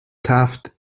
taft